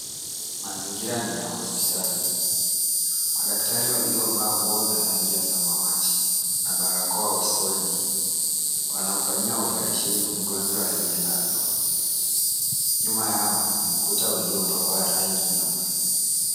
Mazingira ni ya hospitali. Madaktari walio vaa nguo za rangi ya samawati, na barakoa usoni, wanamfanyia operesheni mgonjwa aliyelazwa. Nyuma yao ni ukuta uliopakwa rangi nyeupe.